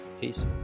Peace